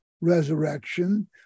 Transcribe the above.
resurrection